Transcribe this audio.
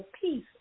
peace